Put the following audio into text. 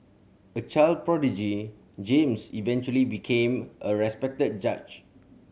a child prodigy James eventually became a respected judge